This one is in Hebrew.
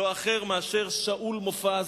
לא אחר משאול מופז,